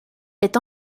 est